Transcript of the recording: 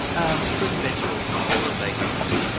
um fruit and vegetables together, and legumes,